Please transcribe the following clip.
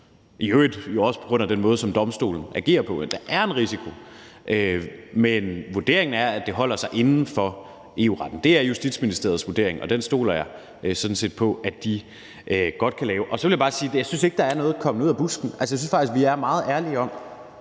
i øvrigt jo også på grund af den måde, som Domstolen agerer på – men vurderingen er, at det holder sig inden for EU-retten. Det er Justitsministeriets vurdering, og den stoler jeg sådan set på at de godt kan lave. Så vil jeg bare sige, at jeg ikke synes, at der er tale om noget med at komme ud af busken. Altså, jeg synes faktisk, at vi er meget ærlige om,